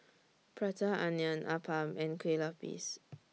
Prata Onion Appam and Kue Lupis